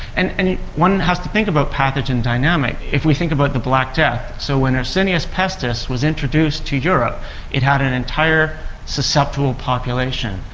and and one has to think about pathogen dynamics. if we think about the black death, so when yersinia pestis was introduced to europe it had an entire susceptible population.